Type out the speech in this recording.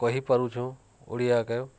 କହିପାରୁଛୁଁ ଓଡ଼ିଆକେ